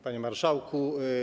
Panie Marszałku!